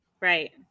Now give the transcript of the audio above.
Right